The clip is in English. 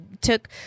Took